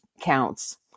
counts